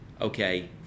okay